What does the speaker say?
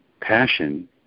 passion